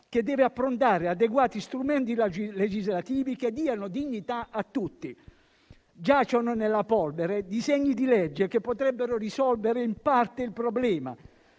che deve approntare adeguati strumenti legislativi che diano dignità a tutti. Giacciono nella polvere disegni di legge che potrebbero risolvere in parte il problema.